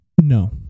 No